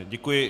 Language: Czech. Děkuji.